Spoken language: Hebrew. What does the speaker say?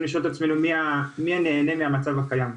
לשאול את עצמינו היא מי הנהנה מהמצב הקיים?